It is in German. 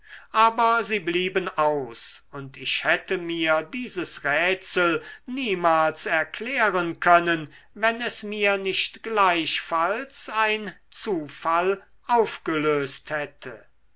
aber sie blieben aus und ich hätte mir dieses rätsel niemals erklären können wenn es mir nicht gleichfalls ein zufall aufgelöst hätte